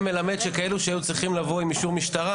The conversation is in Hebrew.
מלמד שכאלו שהיו צריכים לבוא עם אישור משטרה,